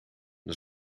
dan